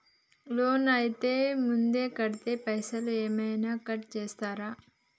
Loan అత్తే ముందే కడితే పైసలు ఏమైనా కట్ చేస్తరా?